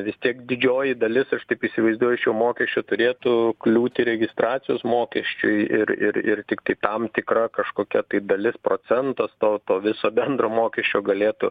vis tiek didžioji dalis aš taip įsivaizduoju šio mokesčio turėtų kliūti registracijos mokesčiui ir ir ir tiktai tam tikra kažkokia tai dalis procentas to to viso bendro mokesčio galėtų